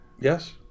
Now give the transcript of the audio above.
Yes